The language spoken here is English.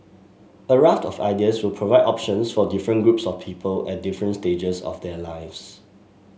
a raft of ideas will provide options for different groups of people at different stages of their lives